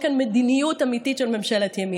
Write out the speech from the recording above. כאן מדיניות אמיתית של ממשלת ימין.